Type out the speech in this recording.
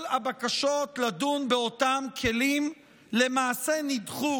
כל הבקשות לדון באותם כלים למעשה נדחו